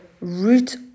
root